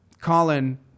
Colin